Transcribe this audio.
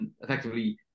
effectively